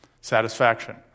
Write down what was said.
Satisfaction